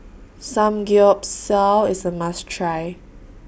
Samgeyopsal IS A must Try